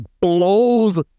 blows